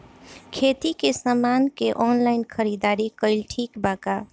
खेती के समान के ऑनलाइन खरीदारी कइल ठीक बा का?